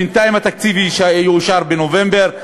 בינתיים התקציב יאושר בנובמבר.